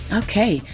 okay